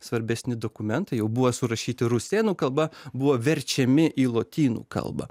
svarbesni dokumentai jau buvo surašyti rusėnų kalba buvo verčiami į lotynų kalbą